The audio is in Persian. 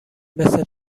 مثل